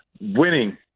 winning